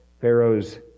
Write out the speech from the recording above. Pharaoh's